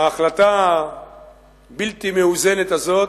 ההחלטה הבלתי-מאוזנת הזאת,